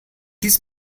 this